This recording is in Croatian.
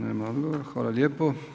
Nema odgovora, hvala lijepo.